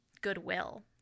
goodwill